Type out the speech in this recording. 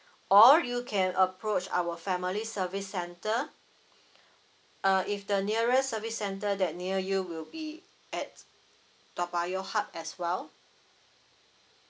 or you can approach our family service centre uh if the nearest service centre that near you will be at toa payoh hub as well